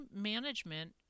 management